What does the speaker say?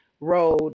road